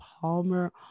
Palmer